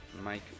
Mike